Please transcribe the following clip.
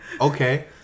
Okay